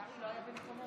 תודה רבה.